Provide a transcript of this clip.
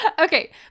Okay